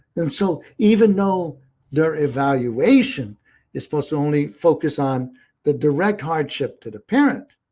and so even though their evaluation is supposed to only focus on the direct hardship to the parent,